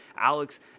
alex